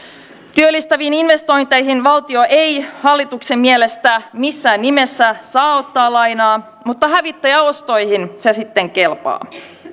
työllistäviin investointeihin valtio ei hallituksen mielestä missään nimessä saa ottaa lainaa mutta hävittäjäostoihin se sitten kelpaa